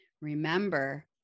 Remember